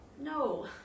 no